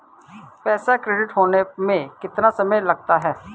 पैसा क्रेडिट होने में कितना समय लगता है?